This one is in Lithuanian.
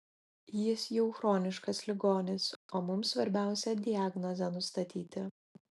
jis jau chroniškas ligonis o mums svarbiausia diagnozę nustatyti